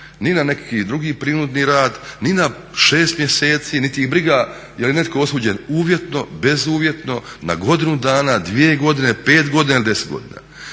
ni na neki drugi prinudni rad, ni na 6 mjeseci, niti ih je briga je li netko osuđen uvjetno, bezuvjetno, na godinu dana, dvije godine, pet godina ili deset godina.